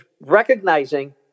recognizing